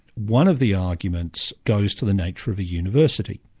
one of the arguments goes to the nature of a university.